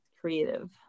creative